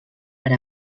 per